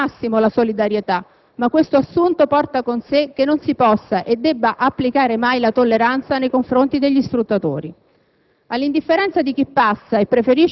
Sono convinta che occorra praticare al massimo la solidarietà, ma questo assunto porta con sé che non si possa e debba applicare mai la tolleranza nei confronti degli sfruttatori.